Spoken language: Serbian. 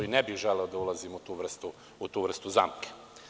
Ne bih želeo da ulazim u tu vrstu zamke.